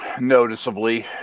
noticeably